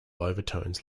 overtones